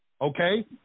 Okay